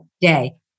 day